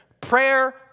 Prayer